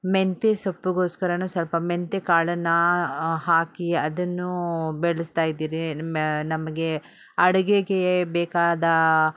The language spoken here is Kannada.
ಮೆಂತ್ಯೆ ಸೊಪ್ಪಿಗೋಸ್ಕರ ಸ್ವಲ್ಪ ಮೆಂತ್ಯೆ ಕಾಳನ್ನು ಹಾಕಿ ಅದನ್ನು ಬೆಳೆಸ್ತಾಯಿದ್ದೀರಿ ನಮ ನಮಗೆ ಅಡಿಗೆಗೆ ಬೇಕಾದ